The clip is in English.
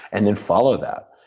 and then follow that.